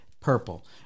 purple